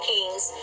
Kings